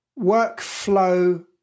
workflow